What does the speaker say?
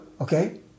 okay